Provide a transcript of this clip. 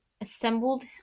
assembled